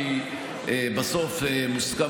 כי בסוף מוסכם,